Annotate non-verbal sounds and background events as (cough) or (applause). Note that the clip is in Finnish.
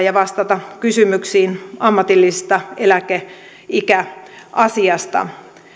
(unintelligible) ja vastata kysymyksiin ammatillisesta eläkeikäasiasta